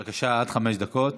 בבקשה, עד חמש דקות.